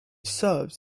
serves